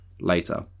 later